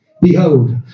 Behold